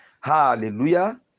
Hallelujah